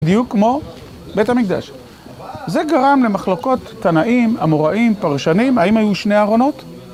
בדיוק כמו בית המקדש. זה גרם למחלוקות תנאים, אמוראים, פרשנים האם היו שני ארונות